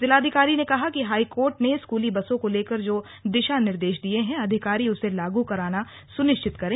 जिलाधिकारी ने कहा कि हाईकोर्ट ने स्कूली बसों को लेकर जो दिशा निर्देश दिये हैं अधिकारी उसे लागू कराना सुनिश्चित करें